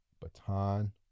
baton